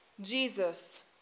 Jesus